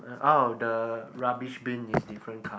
oh the rubbish bin is different car